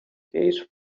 case